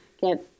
get